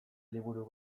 liburu